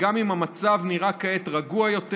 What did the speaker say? וגם אם המצב נראה כעת רגוע יותר,